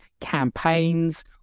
campaigns